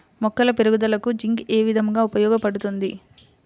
మొక్కల పెరుగుదలకు జింక్ ఏ విధముగా ఉపయోగపడుతుంది?